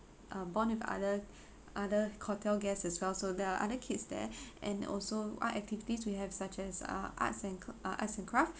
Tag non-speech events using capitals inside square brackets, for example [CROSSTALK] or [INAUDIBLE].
uh bond with other other hotel guests as well so there are other kids there [BREATH] and also art activities we have such as ah arts and uh arts and craft